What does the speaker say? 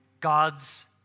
God's